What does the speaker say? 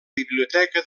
biblioteca